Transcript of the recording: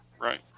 Right